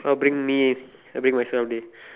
I will bring me having myself day